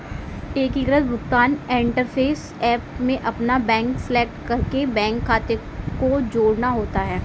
एकीकृत भुगतान interface app में अपना बैंक सेलेक्ट करके बैंक खाते को जोड़ना होता है